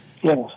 Yes